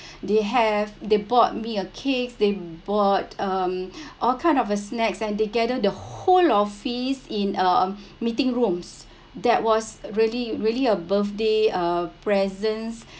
they have they bought me a cake they bought um all kind of a snacks and they gathered the whole office in a meeting rooms that was really really a birthday uh presents